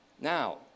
Now